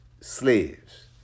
slaves